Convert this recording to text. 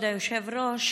כבוד היושב-ראש,